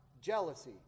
jealousy